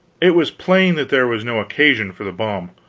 it was plain that there was no occasion for the bomb.